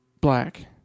black